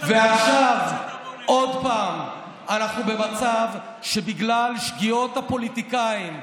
ועכשיו עוד פעם אנחנו במצב שבגלל שגיאות הפוליטיקאים,